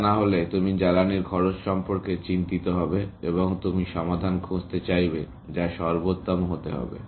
তা নাহলে তুমি জ্বালানীর খরচ সম্পর্কে চিন্তিত হবে এবং তুমি সমাধান খুঁজতে চাইবে যা সর্বোত্তম হতে হবে